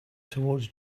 towards